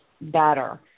better